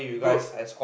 bro